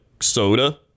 soda